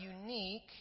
unique